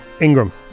Ingram